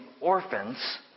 orphans